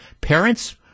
parents